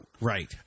Right